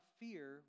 fear